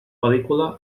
pel·lícula